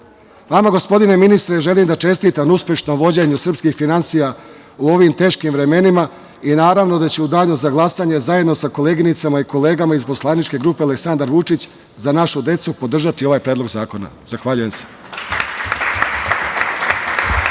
gospodine ministre, želim da čestitam na uspešnom vođenju srpskih finansija u ovim teškim vremenima, i naravno da ću u danu za glasanje zajedno sa koleginicama i kolegama iz Poslaničke grupe Aleksandar Vučić – Za našu decu, podržati ovaj predlog zakona. Zahvaljujem se.